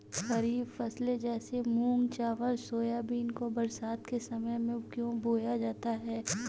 खरीफ फसले जैसे मूंग चावल सोयाबीन को बरसात के समय में क्यो बोया जाता है?